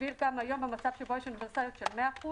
גם היום במצב שיש אוניברסליות של 100%,